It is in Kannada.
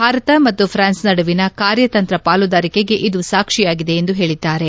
ಭಾರತ ಮತ್ತು ಪ್ರಾನ್ಲೆ ನಡುವಿನ ಕಾರ್ಯತಂತ್ರ ಪಾಲುದಾರಿಕೆಗೆ ಇದು ಸಾಕ್ಷಿಯಾಗಿದೆ ಎಂದು ಹೇಳಿದ್ದಾರೆ